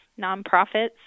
nonprofits